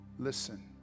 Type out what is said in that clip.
Listen